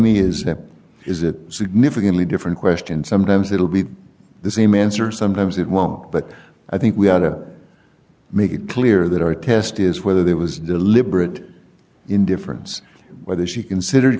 is is it significantly different question sometimes it will be the same answer sometimes it won't but i think we ought to make it clear that our test is whether there was deliberate indifference whether she considered